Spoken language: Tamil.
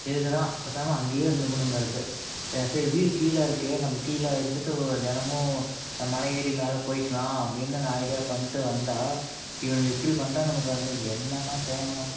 இதுக்குதான் பேசாமல் அங்கேயே இருந்துக்குணுங்குறது சரி வீடு கீழே இருக்கே நம்ம கீழே இருந்துகிட்டு தினமும் மலை ஏறி மேலே போய்க்கலாம் அப்படின்னு நான் ஐடியா பண்ணிவிட்டு வந்தால் இவனுங்க இப்படி பண்ணுறானுங்க பாருங்கள் என்ன அண்ணா போங்க அண்ணா